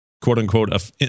quote-unquote